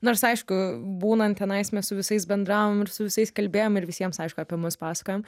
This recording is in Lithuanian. nors aišku būnant tenais mes su visais bendravom ir su visais kalbėjom ir visiems aišku apie mus pasakojom